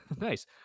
Nice